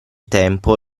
tempo